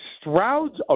Stroud's